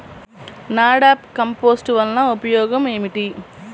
NADEP compost వలన ఉపయోగం ఏమిటి?